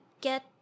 get